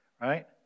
right